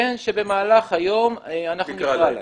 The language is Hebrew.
כן, שבמהלך היום אנחנו נקרא להם.